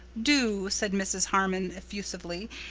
do, said mrs. harmon effusively.